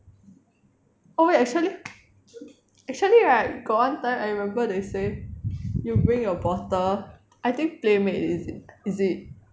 oh actually actually right got on time I remember they say you bring your bottle I think Playmade is it is it